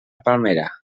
palmera